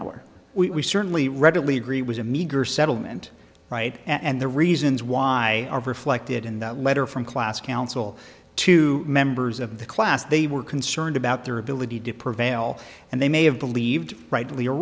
hour we certainly readily agree was a meager settlement right and the reasons why are reflected in the letter from class counsel to members of the class they were concerned about their ability to prevail and they may have believed rightly or